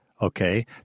Okay